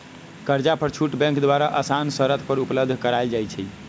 कर्जा पर छुट बैंक द्वारा असान शरत पर उपलब्ध करायल जाइ छइ